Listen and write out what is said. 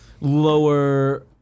lower